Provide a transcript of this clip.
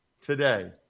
today